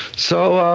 so